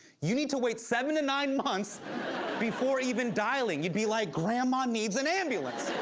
you need to wait seven to nine months before even dialing. you'd be like, grandma needs an ambulance.